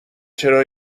چرا